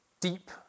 deep